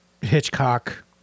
hitchcock